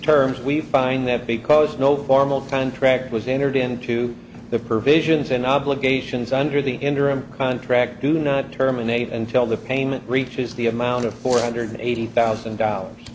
terms we find that because no formal contract was entered into the provisions in obligations under the interim contract do not terminate until the payment reaches the amount of four hundred eighty thousand dollars